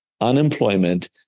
unemployment